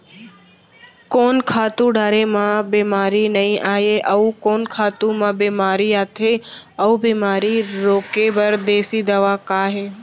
कोन खातू डारे म बेमारी नई आये, अऊ कोन खातू म बेमारी आथे अऊ बेमारी रोके बर देसी दवा का हे?